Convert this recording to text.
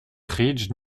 ridge